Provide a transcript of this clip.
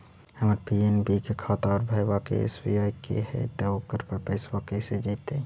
हमर पी.एन.बी के खाता है और भईवा के एस.बी.आई के है त ओकर पर पैसबा कैसे जइतै?